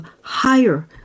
higher